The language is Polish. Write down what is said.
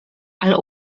ale